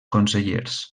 consellers